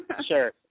Sure